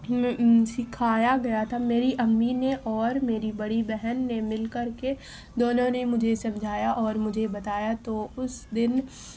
سکھایا گیا تھا میری امی نے اور میری بڑی بہن نے مل کر کے دونوں نے مجھے سمجھایا اور مجھے بتایا تو اس دن